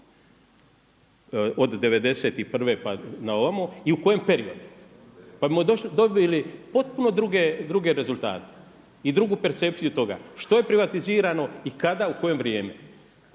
od '91. pa na ovamo i u kojem periodu, pa bismo dobili potpuno druge rezultate i drugu percepciju toga, što je privatizirano i kada u koje vrijeme.